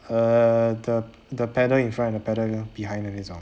err the the pedal in front the pedal behind 的那一种